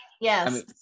yes